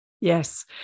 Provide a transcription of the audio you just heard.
Yes